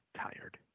tired